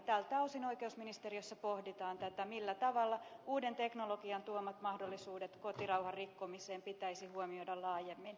tältä osin oikeusministeriössä pohditaan tätä millä tavalla uuden teknologian tuomat mahdollisuudet kotirauhan rikkomiseen pitäisi huomioida laajemmin